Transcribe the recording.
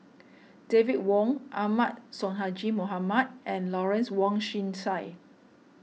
David Wong Ahmad Sonhadji Mohamad and Lawrence Wong Shyun Tsai